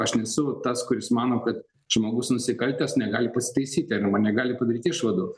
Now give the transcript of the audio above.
aš nesu tas kuris mano kad žmogus nusikaltęs negali pasitaisyti arba negali padaryti išvadų